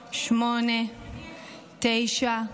8, 9,